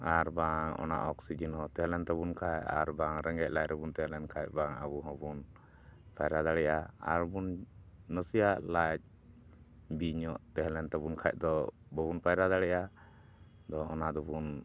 ᱟᱨᱵᱟᱝ ᱚᱱᱟ ᱚᱠᱥᱤᱡᱮᱱ ᱦᱚᱸ ᱛᱟᱦᱮᱸ ᱞᱮᱱ ᱛᱟᱵᱚᱱ ᱠᱷᱟᱱ ᱟᱨᱵᱟᱝ ᱨᱮᱸᱜᱮᱡ ᱞᱟᱡ ᱨᱮᱵᱚᱱ ᱛᱟᱦᱮᱸ ᱞᱮᱱᱠᱷᱟᱱ ᱵᱟᱝ ᱟᱵᱚ ᱦᱚᱸᱵᱚᱱ ᱯᱟᱭᱨᱟ ᱫᱟᱲᱮᱭᱟᱜᱼᱟ ᱟᱨᱵᱚᱱ ᱱᱟᱥᱮᱭᱟᱜ ᱞᱟᱡ ᱵᱤ ᱧᱚᱜ ᱛᱟᱦᱮᱸ ᱞᱮᱱ ᱛᱟᱵᱚᱱ ᱠᱷᱟᱡ ᱫᱚ ᱵᱟᱵᱚᱱ ᱯᱟᱭᱨᱟ ᱫᱟᱲᱮᱭᱟᱜᱼᱟ ᱟᱫᱚ ᱚᱱᱟ ᱫᱚᱵᱚᱱ